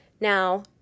Now